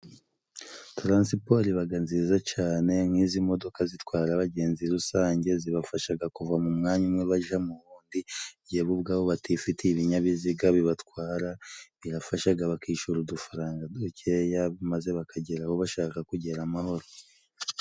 Taransiporo ibaga nziza cane nk'izi modoka zitwara abagenzi rusange zibafashaga kuva mu mwanya umwe bajya mu wundi igihe bo ubwabo batifitiye ibinyabiziga bibatwara bifashaga bakishyura udufaranga dukeya maze bakageraho bashaka kugera amahoro